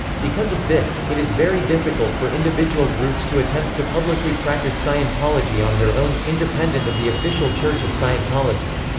because of this, it is very difficult for individual groups to attempt to publicly practice scientology on their own, independent of the official church of scientology.